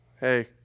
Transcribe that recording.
Hey